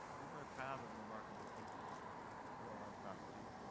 we're very proud of the remarkable people who are our faculty.